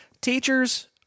teachers